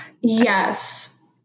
Yes